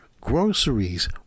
groceries